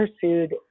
pursued